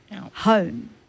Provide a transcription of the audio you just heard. Home